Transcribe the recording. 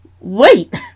Wait